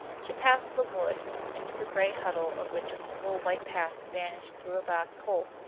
she passed the wood, into the gray huddle of which a single white path vanished through a black hole.